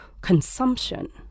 consumption